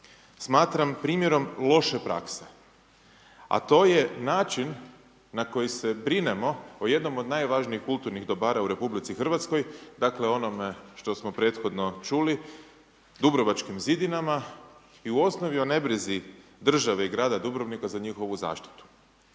smatra, primjerom loše prakse a to je način na koji se brinemo o jednom od najvažnijih kulturnih dobara u RH, dakle onom što smo prethodno čuli Dubrovačkim zidinama i u osnovi o nebrizi države i grada Dubrovnika za njihovu zaštitu.